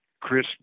Chris